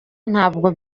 ntabwo